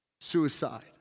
suicide